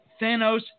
Thanos